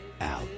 out